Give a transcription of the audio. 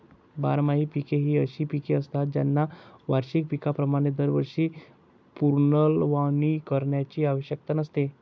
बारमाही पिके ही अशी पिके असतात ज्यांना वार्षिक पिकांप्रमाणे दरवर्षी पुनर्लावणी करण्याची आवश्यकता नसते